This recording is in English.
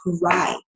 cry